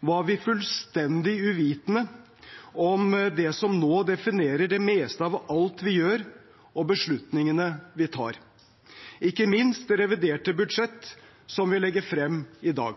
var vi fullstendig uvitende om det som nå definerer det meste av alt vi gjør, og beslutningene vi tar – ikke minst det reviderte budsjettet som vi legger frem i dag.